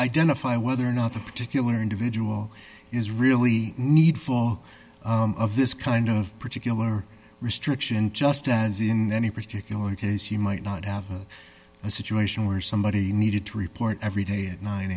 identify whether or not a particular individual is really need for all of this kind of particular restriction just as in any particular case you might not have a situation where somebody needed to report every day at nine